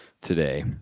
today